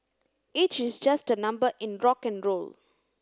age is just a number in rock N roll